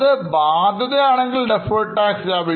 അത് ബാധ്യതആണെങ്കിൽ deferred tax liability